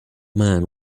man